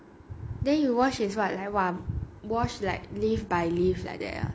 then you wash is what like wash like leaf by leaf like that ah